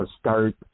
start